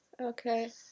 Okay